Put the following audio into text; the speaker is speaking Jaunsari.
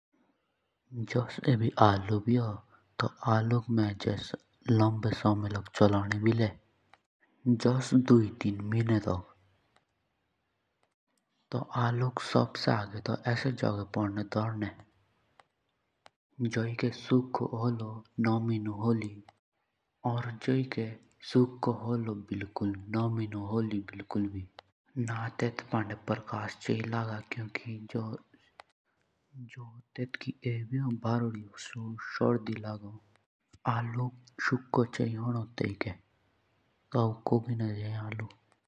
जुस आलु भी होन तो जे आलुक मेरे लांदे समये लग भी चलनेहों। जुस दुयी तीन महीने लोग जेयिके सुखो हॉलो, नामी होली, ठंडा होला तो तेतेके सोकोन राखी। ना तेते पांड प्रकाश चेयी लगा।